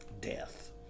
death